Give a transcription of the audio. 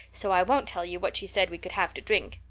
so i won't tell you what she said we could have to drink.